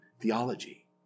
theology